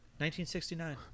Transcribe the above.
1969